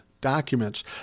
documents